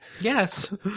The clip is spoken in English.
Yes